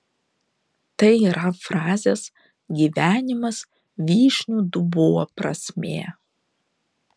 tai yra frazės gyvenimas vyšnių dubuo prasmė